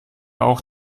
auch